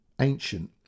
ancient